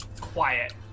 quiet